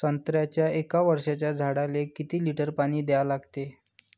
संत्र्याच्या एक वर्षाच्या झाडाले किती लिटर पाणी द्या लागते?